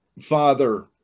Father